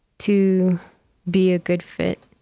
to be a good fit.